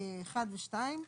1 ו-2,